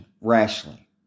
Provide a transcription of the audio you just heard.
rashly